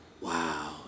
wow